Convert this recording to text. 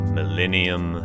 Millennium